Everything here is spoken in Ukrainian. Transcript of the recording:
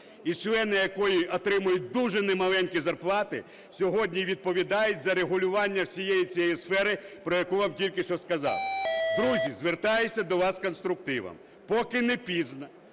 і члени якої отримують дуже немаленькі зарплати, сьогодні відповідають за регулювання всієї цієї сфери, про яку вам тільки що сказав. Друзі, звертаюся до вас з конструктивом. Поки не пізно,